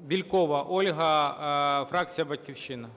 Бєлькова Ольга, фракція "Батьківщина".